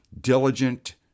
diligent